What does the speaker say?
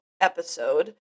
episode